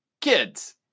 kids